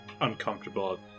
uncomfortable